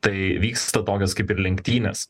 tai vyksta tokios kaip ir lenktynes